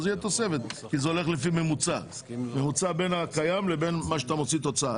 תהיה תוספת כי זה הולך לפי ממוצע בין הקיים לבין מה שאתה מוציא בתוצאה.